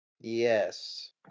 Yes